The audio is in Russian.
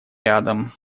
рядом